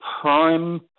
prime